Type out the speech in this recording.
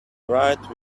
write